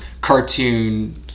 cartoon